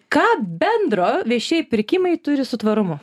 ką bendro viešieji pirkimai turi su tvarumu